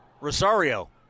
Rosario